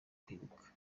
kwibuka